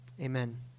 Amen